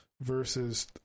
versus